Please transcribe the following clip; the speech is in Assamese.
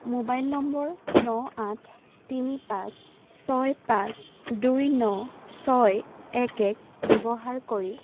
ম'বাইল নম্বৰ ন আঠ তিনি পাঁচ ছয় পাঁচ দুই ন ছয় এক এক ব্যৱহাৰ কৰি